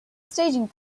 staging